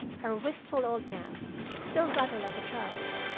her wistful old mouth still rather like a child's,